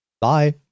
Bye